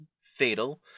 fatal